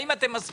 האם אתם מסכימים